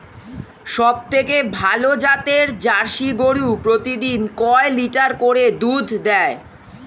সবথেকে ভালো জাতের জার্সি গরু প্রতিদিন কয় লিটার করে দুধ দেয়?